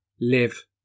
live